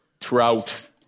throughout